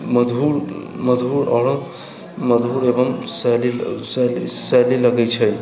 मधुर आओर मधुर एवम शैली लगै छै